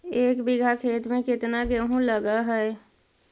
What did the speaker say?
एक बिघा खेत में केतना गेहूं लग है?